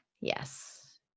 Yes